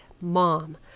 mom